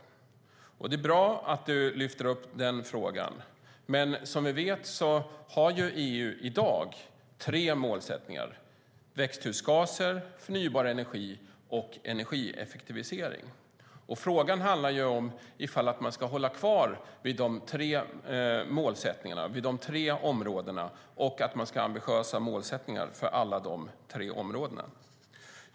Det är bra att hon lyfter upp den frågan, men som vi vet har EU i dag tre målsättningar: växthusgaser, förnybar energi och energieffektivisering. Frågan handlar ju om ifall man ska hålla fast vid de tre områdena och ha ambitiösa målsättningar för alla de tre områdena.